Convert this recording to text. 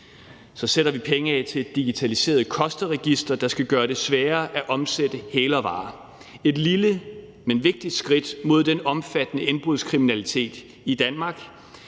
Så sætter vi penge af til et digitaliseret kosterregister, der skal gøre det sværere at omsætte hælervarer. Det er et lille, men vigtigt skridt imod den omfattende indbrudskriminalitet i Danmark,